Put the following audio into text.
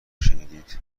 شنیدید